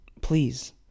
Please